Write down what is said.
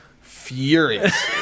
furious